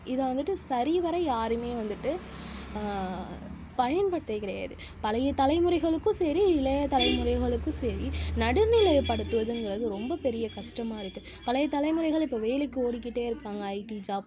இதை வந்துட்டு சரிவர யாருமே வந்துட்டு பயன்படுத்துகிறது கிடையாது பழைய தலைமுறைகளுக்கும் சரி இளைய தலைமுறைகளுக்கும் சரி நடுநிலைப்படுத்துவதுங்கிறது ரொம்ப பெரிய கஷ்டமாக இருக்குது பழைய தலைமுறைகள் இப்போ வேலைக்கு ஓடிக்கிட்டே இருக்காங்க ஐடி ஜாப்